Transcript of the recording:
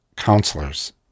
counselors